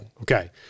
Okay